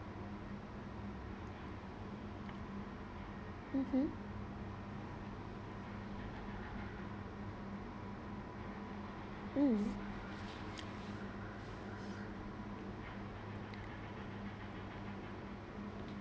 mmhmm mm